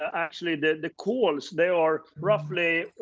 ah actually, the the calls, they are roughly,